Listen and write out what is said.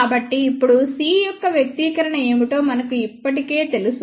కాబట్టి ఇప్పుడు c యొక్క వ్యక్తీకరణ ఏమిటో మనకు ఇప్పటికే తెలుసు